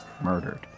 murdered